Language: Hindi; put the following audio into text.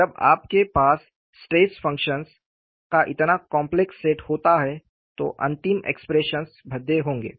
जब आपके पास स्ट्रेस फंक्शन्स का इतना कॉम्प्लेक्स सेट होता है तो अंतिम एक्सप्रेशन्स भद्दे होंगे